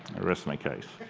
i rest my case,